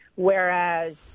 Whereas